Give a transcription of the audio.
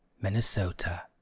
minnesota